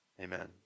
Amen